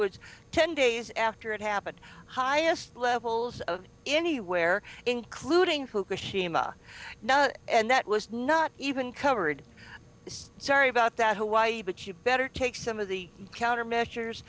words ten days after it happened highest levels of anywhere including who kashima and that was not even covered this sorry about that hawaii but you better take some of the countermeasures